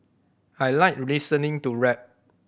I like listening to rap